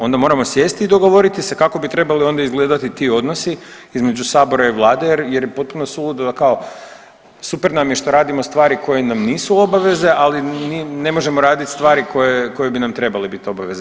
Onda moramo sjesti i dogovoriti se kako bi trebali onda izgledati ti odnosi između sabora i vlade jer je potpuno suludo da kao super nam je što radimo stvari koje nam nisu obaveze, ali ne možemo raditi stvari koje bi nam trebale biti obaveze.